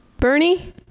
Bernie